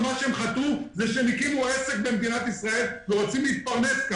הוא שהם הקימו עסק במדינת ישראל ורוצים להתפרנס.